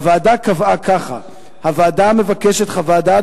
הוועדה קבעה ככה: הוועדה מבקשת חוות דעת